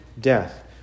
death